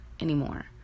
anymore